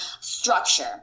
structure